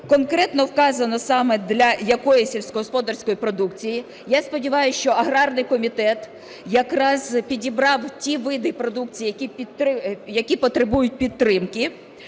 конкретно вказано саме для якої сільськогосподарської продукції. Я сподіваюсь, що аграрний комітет якраз підібрав ті види продукції, які потребують підтримки.